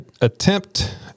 attempt